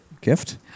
gift